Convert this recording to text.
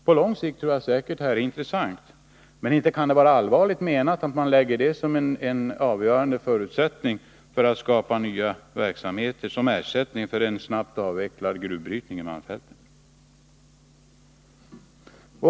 På lång sikt tror jag säkert att det här är intressant, men inte kan det vara allvarligt menat att det skall ligga som en avgörande förutsättning för att skapa ny verksamhet som ersättning för en snabbt avvecklad gruvbrytning i malmfälten.